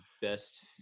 Best